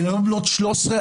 ילדות בנות 13,